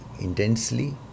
intensely